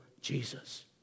Jesus